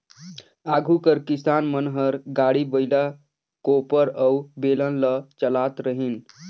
आघु कर किसान मन हर गाड़ी, बइला, कोपर अउ बेलन ल चलात रहिन